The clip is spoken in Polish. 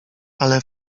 ale